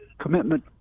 commitment